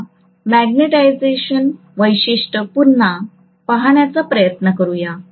आता मॅग्नेटिझेशन वैशिष्ट्य पुन्हा पाहण्याचा प्रयत्न करूया